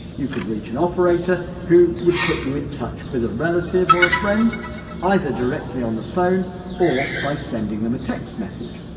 you could reach an operator who would put you in touch with a relative or a friend either directly on the phone or by sending them a text message.